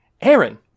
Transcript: Aaron